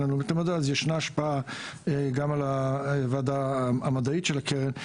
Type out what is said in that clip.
הלאומית למדע אז ישנה השפעה גם על הוועדה המדעית של הקרן.